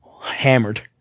Hammered